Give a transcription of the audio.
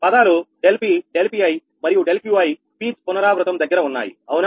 పదాలు ∆𝑃 ∆𝑃𝑖 మరియు ∆𝑄𝑖 pth పునరావృతం దగ్గర ఉన్నాయి అవునా